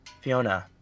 Fiona